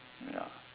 ya